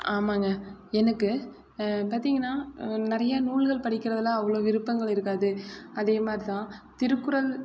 ஆமாங்க எனக்கு பார்த்திங்கன்னா நிறையா நூல்கள் படிக்கிறதுலாம் அவ்வளோ விருப்பங்கள் இருக்காது அதேமாதிரி தான் திருக்குறள்